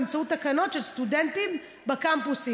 באמצעות תקנון של סטודנטים בקמפוסים.